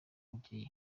ugiye